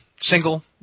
single